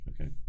Okay